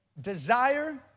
desire